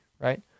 right